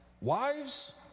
wives